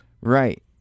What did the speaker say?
Right